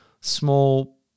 small